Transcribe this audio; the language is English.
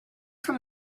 from